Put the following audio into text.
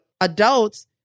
adults